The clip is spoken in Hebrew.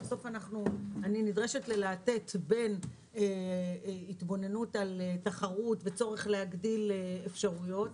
בסוף אני נדרשת בין התבוננות על תחרות וצורך להגדיל אפשרויות,